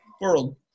world